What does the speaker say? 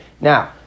Now